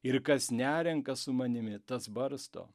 ir kas nerenka su manimi tas barsto